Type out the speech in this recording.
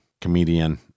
comedian